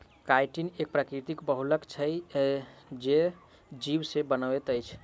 chitin एक प्राकृतिक बहुलक छै जे जीव से बनैत अछि